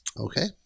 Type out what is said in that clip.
Okay